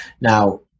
Now